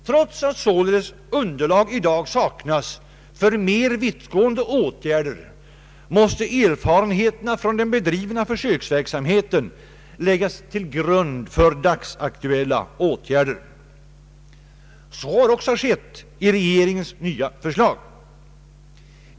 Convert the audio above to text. Trots att således underlag i dag saknas för mera vittgående åtgärder måste erfarenheterna från den bedrivna försöksverksamheten läggas till grund för dagsaktuella åtgärder. Så har också skett i regeringens nya förslag.